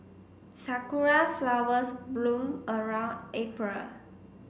sakura flowers bloom around April